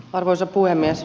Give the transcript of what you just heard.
arvoisa puhemies